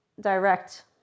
direct